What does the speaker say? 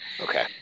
Okay